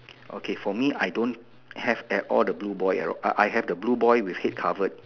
okay for me I don't have at all the blue boy I I have the blue boy with head covered